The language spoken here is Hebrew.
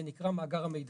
זה נקרא מאגר המידע.